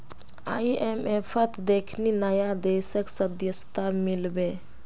आईएमएफत देखनी नया देशक सदस्यता मिल बे